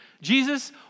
Jesus